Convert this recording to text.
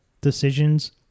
decisions